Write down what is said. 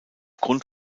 grund